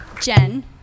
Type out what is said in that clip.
Jen